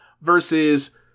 versus